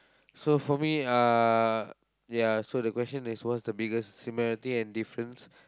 so for me uh ya so the question is what's the biggest similarity and difference